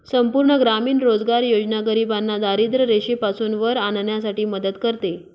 संपूर्ण ग्रामीण रोजगार योजना गरिबांना दारिद्ररेषेपासून वर आणण्यासाठी मदत करते